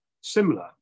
similar